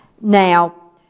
now